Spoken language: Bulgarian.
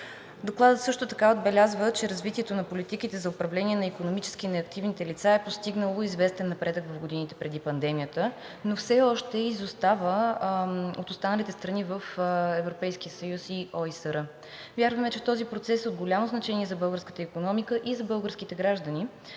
Докладът също така отбелязва, че развитието на политиките за управление на икономически неактивните лица е постигнало известен напредък в годините преди пандемията, но все още изостава от останалите страни в Европейския съюз и ОИСР. Вярваме, че този процес е от голямо значение за българската икономика и за българските граждани